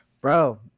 Bro